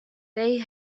they